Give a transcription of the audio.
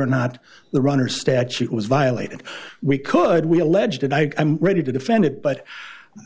or not the runner statute was violated we could we allege that i am ready to defend it but